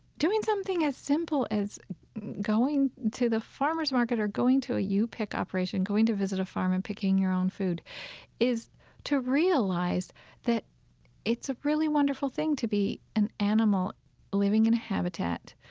doing something as simple as going to the farmers' market or going to a you-pick operation going to visit a farm and picking your own food is to realize that it's a really wonderful thing to be an animal living in a habitat,